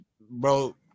bro